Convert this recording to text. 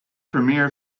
premier